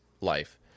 life